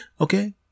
Okay